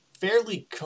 fairly